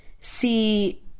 see